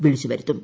വിളിച്ചു വരുത്തും